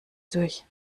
durch